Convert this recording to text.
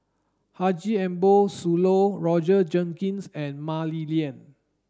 Haji Ambo Sooloh Roger Jenkins and Mah Li Lian